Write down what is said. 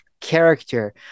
character